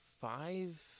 five